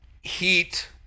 heat